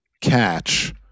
catch